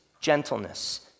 gentleness